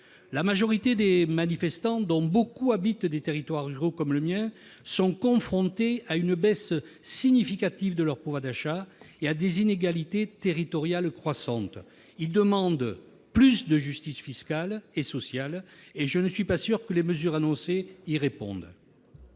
La majorité des manifestants, dont beaucoup habitent des territoires ruraux comme le mien, sont confrontés à une baisse significative de leur pouvoir d'achat et à des inégalités territoriales croissantes. Ils demandent plus de justice fiscale et sociale, et je ne suis pas sûr que les mesures annoncées y répondent.